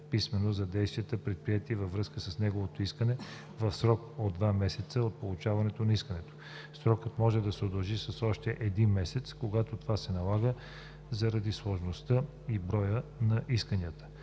писмено за действията, предприети във връзка с неговото искане, в срок до два месеца от получаване на искането. Срокът може да се удължи с още един месец, когато това се налага заради сложността или броя на исканията.